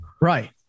Right